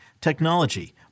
technology